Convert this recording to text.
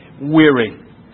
weary